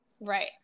Right